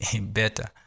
better